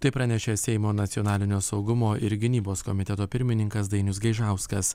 tai pranešė seimo nacionalinio saugumo ir gynybos komiteto pirmininkas dainius gaižauskas